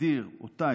הגדיר אותה,